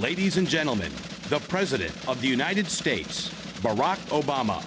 ladies and gentlemen the president of the united states obama